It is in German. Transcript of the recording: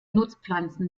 nutzpflanzen